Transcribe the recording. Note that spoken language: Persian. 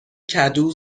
کدو